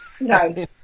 No